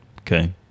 Okay